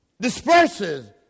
disperses